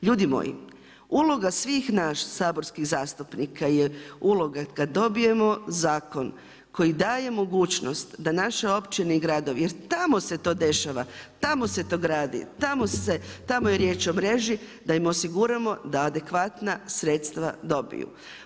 Ljudi moji, uloga svih nas saborskih zastupnika, je uloga kad dobijemo zakon, koja daje mogućnost, da naše općine i gradovi, jer tamo se to dešava, tamo se to gradi, tamo je riješ o mreži, da im osiguramo, da adekvatna sredstva dobiju.